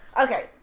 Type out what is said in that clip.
Okay